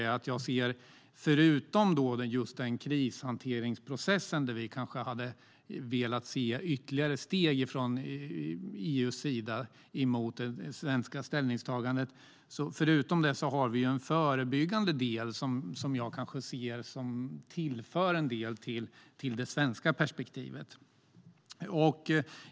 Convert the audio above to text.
När det gäller krishanteringsprocessen hade vi velat se ytterligare steg från EU:s sida mot det svenska ställningstagandet. Men förutom det har vi en förbyggande del som jag ser tillför en del till det svenska perspektivet.